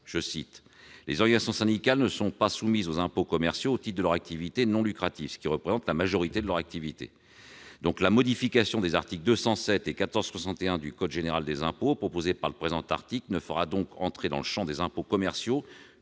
loin. « Les organisations syndicales ne sont pas soumises aux impôts commerciaux au titre de leurs activités non lucratives, qui représentent la majorité de leurs activités. «